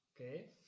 Okay